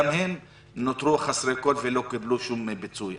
גם הם נותרו חסרי כל ולא קיבלו שום פיצוי.